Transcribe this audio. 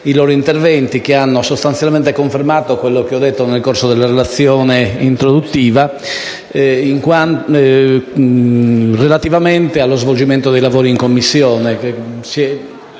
i loro interventi che hanno sostanzialmente confermato quello che ho detto nel corso della relazione introduttiva relativamente allo svolgimento dei lavori in Commissione.